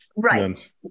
Right